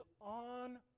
on